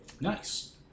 Nice